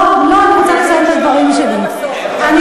אני יכולה לשאול אותך שאלה?